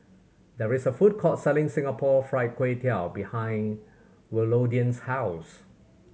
there is a food court selling Singapore Fried Kway Tiao behind Willodean's house